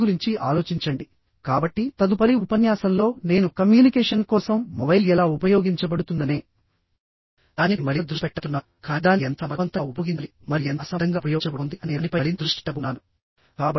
దీని గురించి ఆలోచించండి కాబట్టి తదుపరి ఉపన్యాసంలో నేను కమ్యూనికేషన్ కోసం మొబైల్ ఎలా ఉపయోగించబడుతుందనే దానిపై మరింత దృష్టి పెట్టబోతున్నాను కానీ దానిని ఎంత సమర్థవంతంగా ఉపయోగించాలి మరియు ఎంత అసమర్థంగా ఉపయోగించబడుతోంది అనే దానిపై మరింత దృష్టి పెట్టబోతున్నాను